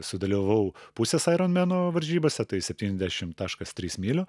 sudalyvavau pusės airon meno varžybose tai septyniasdešim taškas trys mylių